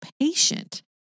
patient